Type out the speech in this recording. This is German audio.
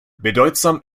bedeutsam